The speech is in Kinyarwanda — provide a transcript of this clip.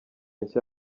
nshya